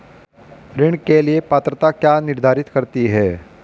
ऋण के लिए पात्रता क्या निर्धारित करती है?